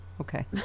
Okay